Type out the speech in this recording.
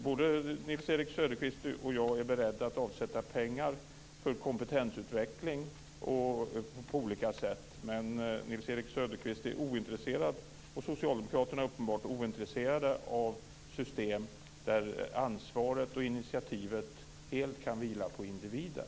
Både Nils-Erik Söderqvist och jag är beredda att avsätta pengar för kompetensutveckling på olika sätt. Men Nils-Erik Söderqvist och socialdemokraterna är uppenbart ointresserade av system där ansvaret och initiativet helt kan vila på individen.